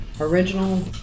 Original